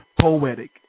poetic